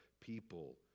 people